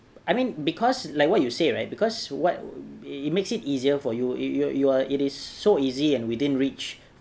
I mean because like what you said right because what it makes it easier for you you you're it is so easy and within reach